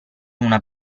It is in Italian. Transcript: una